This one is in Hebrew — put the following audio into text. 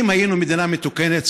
אם היינו מדינה מתוקנת,